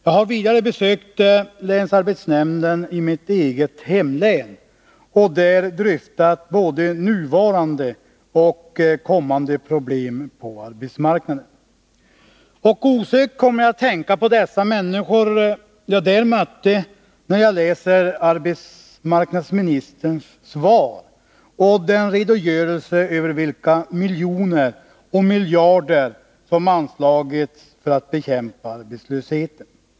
Jag har vidare besökt länsarbetsnämnden i mitt hemlän och där dryftat både nuvarande och kommande problem på arbetsmarknaden. Osökt kommer jag att tänka på människorna jag mötte på arbetsförmedlingen, när jag läser arbetsmarknadsministerns svar och hans redogörelse över vilka miljoner och miljarder som anslagits för att bekämpa arbetslösheten.